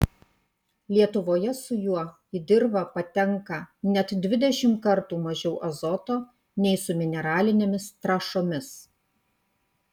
lietuvoje su juo į dirvą patenka net dvidešimt kartų mažiau azoto nei su mineralinėmis trąšomis